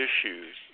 issues